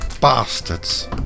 Bastards